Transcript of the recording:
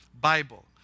Bible